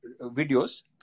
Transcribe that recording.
videos